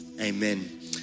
Amen